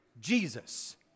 Jesus